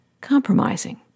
compromising